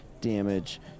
damage